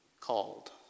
called